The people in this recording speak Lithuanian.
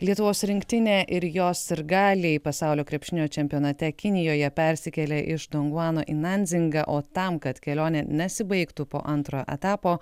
lietuvos rinktinė ir jos sirgaliai pasaulio krepšinio čempionate kinijoje persikėlė iš dongvano į nandzingą o tam kad kelionė nesibaigtų po antro etapo